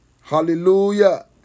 Hallelujah